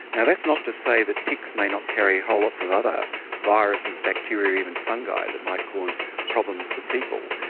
now, that's not to say that ticks may not carry whole lots of other viruses, bacteria, even fungi that might cause problems to people,